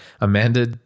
Amanda